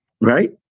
Right